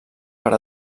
per